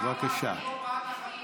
בבקשה.